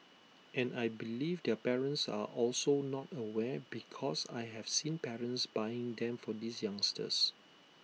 and I believe their parents are also not aware because I have seen parents buying them for these youngsters